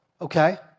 Okay